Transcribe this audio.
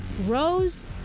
Rose